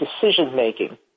decision-making